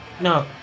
No